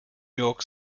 york